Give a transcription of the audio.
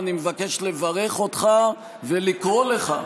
אני מבקש לברך אותך ולקרוא לך